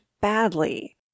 badly